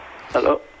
Hello